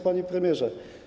Panie Premierze!